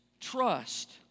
trust